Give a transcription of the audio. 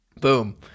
boom